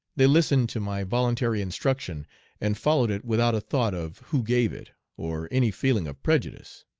they listened to my voluntary instruction and followed it without a thought of who gave it, or any feeling of prejudice.